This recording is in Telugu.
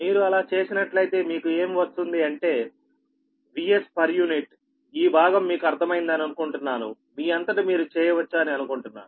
మీరు అలా చేసినట్లయితే మీకు ఏం వస్తుంది అంటే Vs ఈ భాగం మీకు అర్థం అయిందని అనుకుంటున్నాను మీ అంతట మీరు చేయవచ్చు అని అనుకుంటున్నాను